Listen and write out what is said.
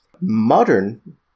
Modern